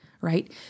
right